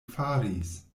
faris